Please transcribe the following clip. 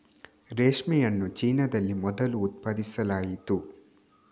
ರೇಷ್ಮೆಯನ್ನು ಚೀನಾದಲ್ಲಿ ಮೊದಲು ಉತ್ಪಾದಿಸಲಾಯಿತು